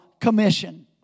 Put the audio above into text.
commission